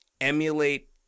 emulate